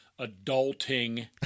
adulting